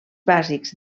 bàsics